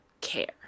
care